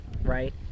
right